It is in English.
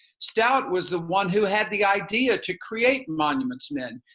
stout was the one who had the idea to create monuments man,